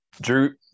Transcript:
drew